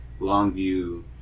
Longview